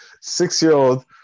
six-year-old